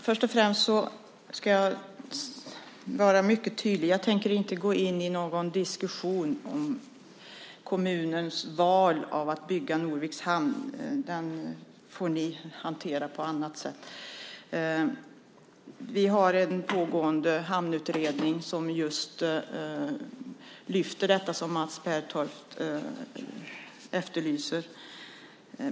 Fru talman! Först och främst vill jag vara mycket tydlig: Jag tänker inte gå in i någon diskussion om kommunens val att bygga Norviks hamn. Den diskussionen får ni hantera på annat sätt. Vi har en pågående hamnutredning som tar upp detta som Mats Pertoft efterlyser.